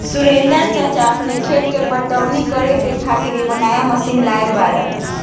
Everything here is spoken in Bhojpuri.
सुरेंदर चा आपन खेत के पटवनी करे खातिर एगो नया मशीन लाइल बाड़न